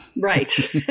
Right